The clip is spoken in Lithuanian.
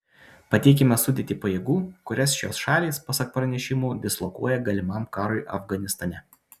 pateikiame sudėtį pajėgų kurias šios šalys pasak pranešimų dislokuoja galimam karui afganistane